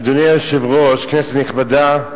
אדוני היושב-ראש, כנסת נכבדה,